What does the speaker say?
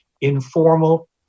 informal